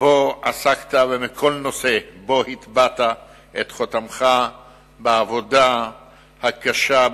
שבו עסקת ומכל נושא שבו הטבעת את חותמך בעבודה קשה,